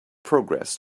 progress